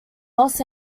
los